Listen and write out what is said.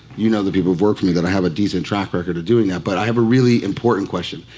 you know the people who've worked for me that i have a decent track record of doing that, but i have a really important question.